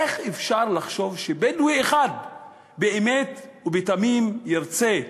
איך אפשר לחשוב שבדואי אחד באמת ובתמים ירצה,